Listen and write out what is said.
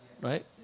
right